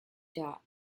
jar